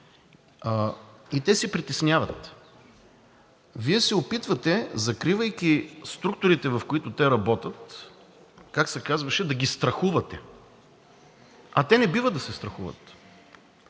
а и се притесняват. Вие се опитвате, закривайки структурите, в които те работят, как се казваше – да ги страхувате, а те не бива да се страхуват.